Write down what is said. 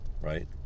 right